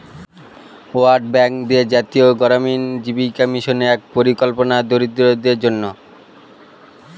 world bank দিয়ে জাতীয় গড়ামিন জীবিকা মিশন এক পরিকল্পনা দরিদ্রদের জন্য